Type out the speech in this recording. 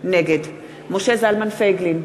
נגד משה זלמן פייגלין,